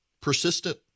Persistent